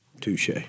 Touche